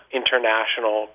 international